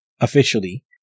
officially